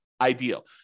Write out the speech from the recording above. ideal